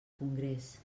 congrés